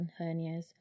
hernias